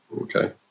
Okay